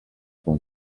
con